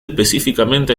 específicamente